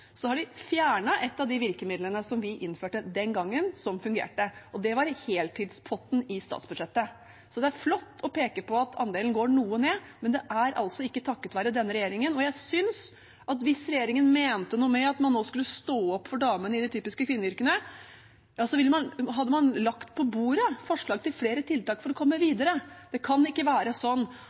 har de fjernet et av de virkemidlene som vi innførte den gangen, og som fungerte, og det var heltidspotten i statsbudsjettet. Det er flott å peke på at andelen går noe ned, men det er altså ikke takket være denne regjeringen. Jeg synes at hvis regjeringen mente noe med at man nå skulle stå opp for damene i de typiske kvinneyrkene, hadde man lagt på bordet forslag til flere tiltak for å komme videre. Det kan ikke være sånn